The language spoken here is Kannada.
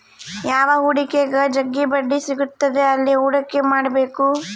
ಯಾವ ಹೂಡಿಕೆಗ ಜಗ್ಗಿ ಬಡ್ಡಿ ಸಿಗುತ್ತದೆ ಅಲ್ಲಿ ಹೂಡಿಕೆ ಮಾಡ್ಬೇಕು